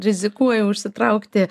rizikuoju užsitraukti